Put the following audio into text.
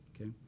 okay